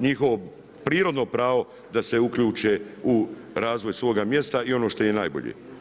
njihovo prirodno da se uključe u razvoj svog mjesta i ono što je najbolje.